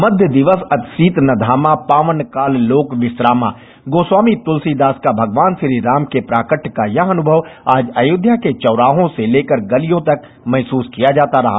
मध्य दिवस अति सीत न घामा पावन काल लोक विश्रामार गोस्वामी तुलसीदास का भगवान श्रीराम के प्राकटव का यह अनुभव आजश्रयोध्या के चौराहों से लेकर गतियां तक महसूस किया जाता रहा